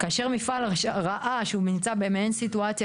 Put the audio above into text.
כאשר מפעל ראה שהוא נמצא במעין סיטואציה